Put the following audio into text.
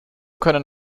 können